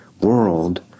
world